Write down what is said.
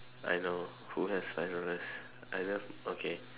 I know who has five dollars I just okay